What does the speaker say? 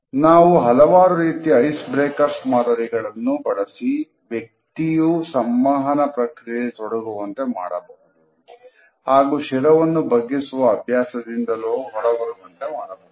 ನಾವು ಹಲವಾರು ರೀತಿಯ ಐಸ್ ಬ್ರೇಕರ್ಸ್ ಮಾದರಿಗಳನ್ನು ಬಳಸಿ ವ್ಯಕ್ತಿಯು ಸಂವಹನ ಪ್ರಕ್ರಿಯೆಯಲ್ಲಿ ತೊಡಗುವಂತೆ ಮಾಡಬಹುದು ಹಾಗೂ ಶಿರವನ್ನು ಬಗ್ಗಿಸುವ ಅಭ್ಯಾಸದಿಂದಲೋ ಹೊರ ಬರುವಂತೆ ಮಾಡಬಹುದು